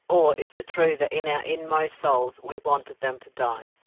or is it true that in our inmost souls we wanted them to die,